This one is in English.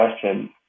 question